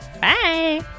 Bye